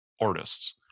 artists